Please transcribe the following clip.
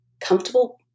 comfortable